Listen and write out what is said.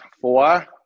Four